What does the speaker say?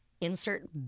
insert